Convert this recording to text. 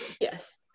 Yes